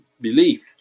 belief